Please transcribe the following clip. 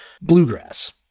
bluegrass